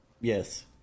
Yes